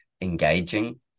engaging